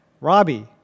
Robbie